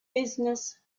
business